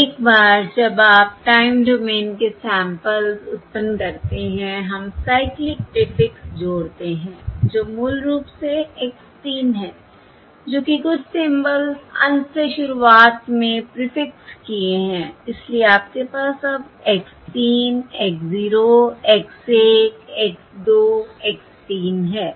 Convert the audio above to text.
अब एक बार जब आप टाइम डोमेन के सैंपल्स उत्पन्न करते हैं हम साइक्लिक प्रीफिक्स जोड़ते हैं जो मूल रूप से x 3 है जो कि कुछ सिंबल्स अंत से शुरुआत में प्रीफिक्स किए हैं इसलिए आपके पास अब x 3 x 0 x 1 x 2 x 3 हैं